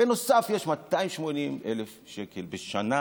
ובנוסף יש 280,000 שקל בשנה